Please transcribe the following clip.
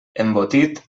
embotit